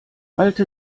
alte